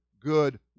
good